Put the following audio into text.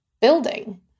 building